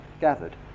gathered